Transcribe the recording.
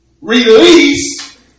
Release